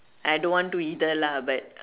I don't want to either lah but